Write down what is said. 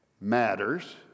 matters